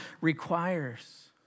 requires